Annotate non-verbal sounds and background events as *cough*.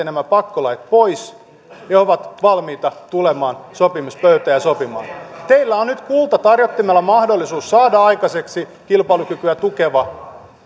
*unintelligible* nämä pakkolait pois he ovat valmiita tulemaan sopimuspöytään ja sopimaan teillä on nyt kultatarjottimella mahdollisuus saada aikaiseksi kilpailukykyä tukeva *unintelligible*